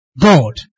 God